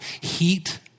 heat